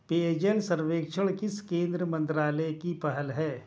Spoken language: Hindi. पेयजल सर्वेक्षण किस केंद्रीय मंत्रालय की पहल है?